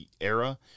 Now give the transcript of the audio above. era